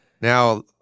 Now